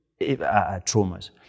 traumas